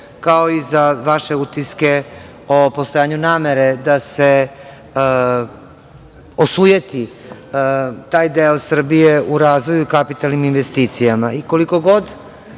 kao i za vaše utiske o postojanju namere da se osujeti taj deo Srbije u razvoju, kapitalnim investicijama. Koliko god